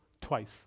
twice